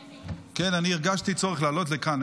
כן, אני הרגשתי צורך לעלות לכאן.